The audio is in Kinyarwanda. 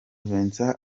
vincent